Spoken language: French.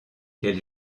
quel